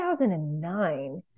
2009